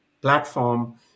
platform